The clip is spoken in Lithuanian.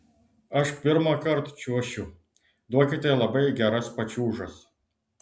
aš pirmąkart čiuošiu duokite labai geras pačiūžas